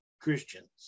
Christians